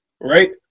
right